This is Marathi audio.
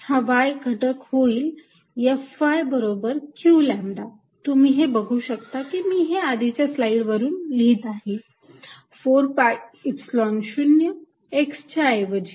हा y घटक होईल Fy बरोबर q लॅम्बडा तुम्ही हे बघू शकता की मी हे आधीच्या स्लाईड वरून लिहीत आहे 4 pi Epsilon 0 x च्या ऐवजी